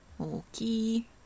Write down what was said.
Okay